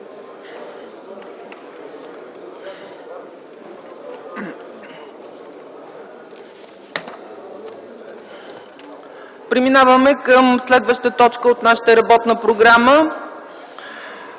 Преминаваме към следващата точка от нашата работна програма: